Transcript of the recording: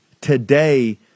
today